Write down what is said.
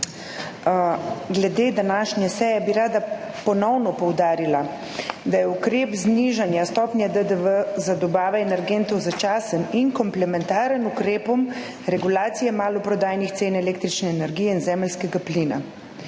Glede današnje seje bi rada ponovno poudarila, da je ukrep znižanja stopnje DDV za dobavo energentov začasen in komplementaren ukrepom regulacije maloprodajnih cen električne energije in zemeljskega plina.